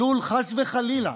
עלול חס וחלילה